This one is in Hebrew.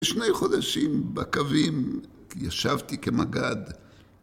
בשני חודשים בקווים ישבתי כמגד.